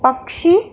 पक्षी